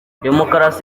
demokarasi